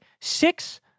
six